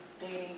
dating